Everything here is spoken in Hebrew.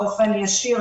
באופן ישיר,